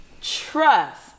trust